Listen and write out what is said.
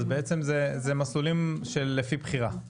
אז בעצם זה מסלולים לפי בחירה.